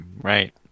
Right